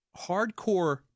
hardcore